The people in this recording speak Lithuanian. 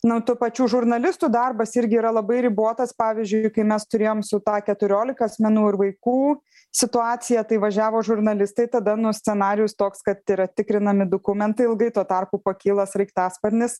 nu tų pačių žurnalistų darbas irgi yra labai ribotas pavyzdžiui kai mes turėjome su ta keturiolika asmenų ir vaikų situaciją tai važiavo žurnalistai tada nu scenarijus toks kad yra tikrinami dokumentai tuo tarpu pakyla sraigtasparnis